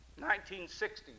1960